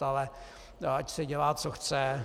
Ale ať si dělá, co chce.